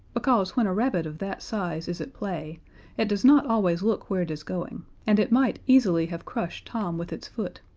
because when a rabbit of that size is at play it does not always look where it is going, and it might easily have crushed tom with its foot,